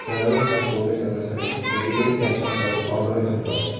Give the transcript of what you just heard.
खेळाडू हात कोरडे करण्यासाठी कधीकधी त्यांच्या हातावर पावडर घालतात